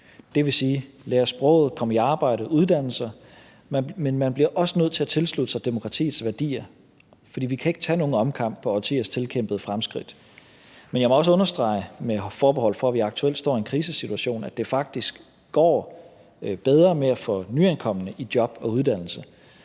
Det vil sige lære sproget, komme i arbejde, uddanne sig. Men man bliver også nødt til at tilslutte sig demokratiets værdier, for vi kan ikke tage nogen omkamp om årtiers tilkæmpede fremskridt. Men jeg må også understrege, med forbehold for, at vi aktuelt står i en krisesituation, at det faktisk går bedre med at få nyankomne i job og uddannelse.